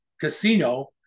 casino